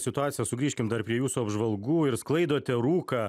situaciją sugrįžkim dar prie jūsų apžvalgų ir sklaidote rūką